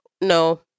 No